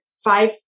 five